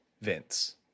Vince